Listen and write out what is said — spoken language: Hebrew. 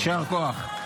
יישר כוח.